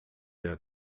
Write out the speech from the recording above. der